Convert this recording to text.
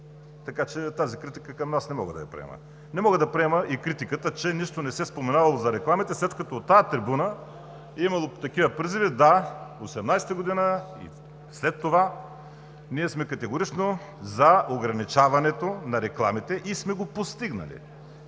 така че тази критика към нас не мога да я приема. Не мога да приема и критиката, че нищо не се споменавало за рекламите, след като от тази трибуна е имало такива призиви – да, в 2018 г. и след това. Ние сме категорично за ограничаването на рекламите и сме го постигнали.